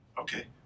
Okay